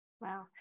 wow